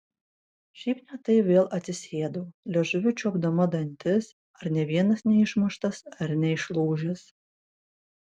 šiaip ne taip vėl atsisėdau liežuviu čiuopdama dantis ar nė vienas neišmuštas ar neišlūžęs